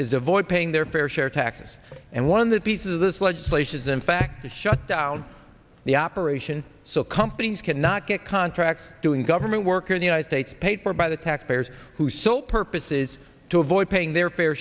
is avoid paying their fair share taxes and one of the pieces of this legislation is in fact to shut down the operation so companies cannot get contracts doing government work or the united states paid for by the taxpayers who sole purpose is to avoid paying their fair